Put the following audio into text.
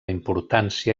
importància